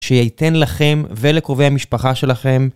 שייתן לכם ולקרובי המשפחה שלכם